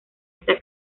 esta